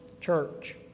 Church